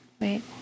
Wait